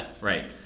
Right